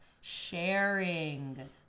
sharing